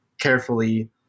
carefully